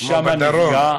כמו בדרום.